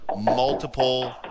multiple